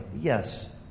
Yes